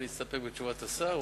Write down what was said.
להסתפק בתשובת השר.